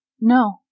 No